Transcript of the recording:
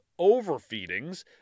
overfeedings